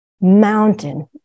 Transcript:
mountain